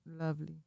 Lovely